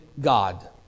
God